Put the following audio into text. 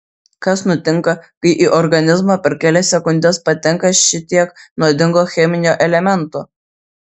kas nutinka kai į organizmą per kelias sekundes patenka šitiek nuodingo cheminio elemento